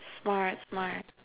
smart smart